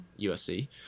USC